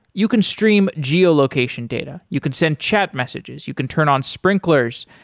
you can stream geo-location data, you can send chat messages, you can turn on sprinklers,